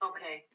Okay